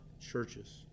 churches